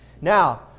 Now